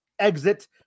exit